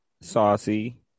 saucy